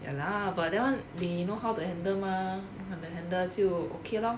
ya lah but that one they know how to handle mah then can handle 就 okay lor